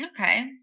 Okay